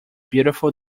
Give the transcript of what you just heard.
beautiful